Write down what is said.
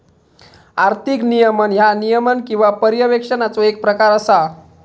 आर्थिक नियमन ह्या नियमन किंवा पर्यवेक्षणाचो येक प्रकार असा